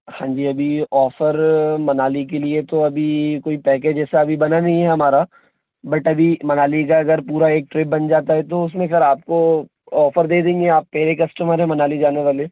हान जी अभी ऑफ़र मनाली के लिए तो अभी कोई पैकेज एसा अभी बना नहीं है हमारा बट अभी मनाली का अगर पूरा एक ट्रिप बन जाता है तो उस में सर आपको ऑफ़र दे देंगे आप पहले ही कस्टमर हैं मनाली जाने वाले